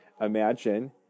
imagine